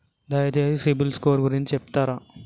దయచేసి CIBIL score గురించి చెప్తరా?